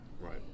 right